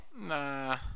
Nah